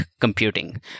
computing